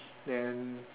then